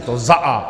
To za a).